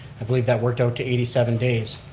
i believe that worked out to eighty seven days.